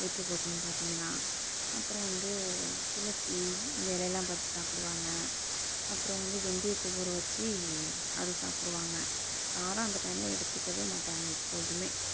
வயிற்றுப்போக்குனு பார்த்தீங்கன்னா அப்புறம் வந்து துளசி இந்த இலைலாம் பறித்து சாப்பிடுவாங்க அப்புறம் வந்து வெந்தயத்தை ஊறவச்சு அதை சாப்பிடுவாங்க காரம் அந்த டைம்ல எடுத்துக்கவே மாட்டாங்கள் எப்போதுமே